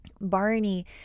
Barney